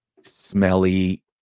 smelly